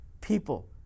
people